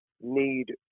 need